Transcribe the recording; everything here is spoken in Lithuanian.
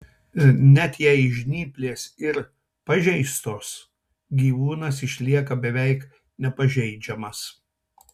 net jei žnyplės ir pažeistos gyvūnas išlieka beveik nepažeidžiamas